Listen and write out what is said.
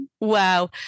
Wow